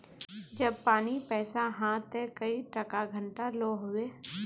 जब पानी पैसा हाँ ते कई टका घंटा लो होबे?